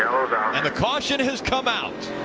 and the caution has come out.